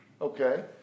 okay